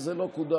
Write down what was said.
וזה לא קודם.